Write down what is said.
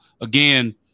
again